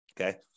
Okay